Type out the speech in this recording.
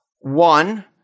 One